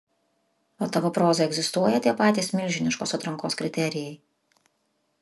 o tavo prozai egzistuoja tie patys milžiniškos atrankos kriterijai